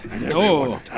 no